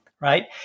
Right